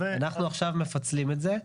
אנחנו עכשיו מפצלים את זה,